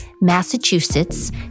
Massachusetts